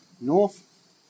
North